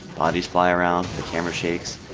bodies fly around, the camera shakes.